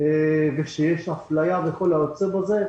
ושיש אפליה וכל היוצא בזה.